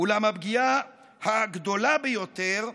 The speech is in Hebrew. אולם הפגיעה הגדולה ביותר,